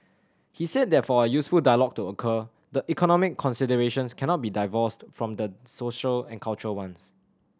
he said that for a useful dialogue to occur the economic considerations cannot be divorced from the social and cultural ones